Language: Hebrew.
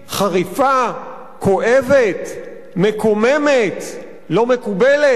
חריפה, כואבת, מקוממת, לא מקובלת.